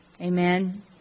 Amen